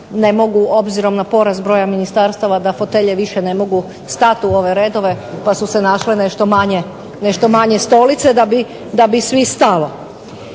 ne mogu obzirom na porast broja ministarstava da fotelje više ne mogu stati u ove redove pa su se našle nešto manje stolice da bi svi stalo.